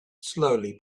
slowly